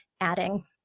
adding